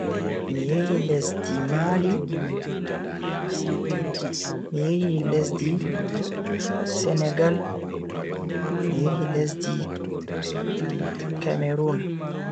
Mi yehi lesdi, mali, mi yehi lesdi senegal, mi yehi lesdi cameroon.